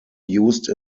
used